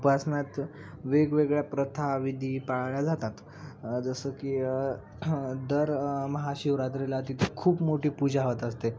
उपासनात वेगवेगळ्या प्रथा विधी पाळल्या जातात जसं की दर महाशिवरात्रेला तिथे खूप मोठी पूजा होत असते